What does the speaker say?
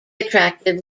attracted